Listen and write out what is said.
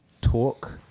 talk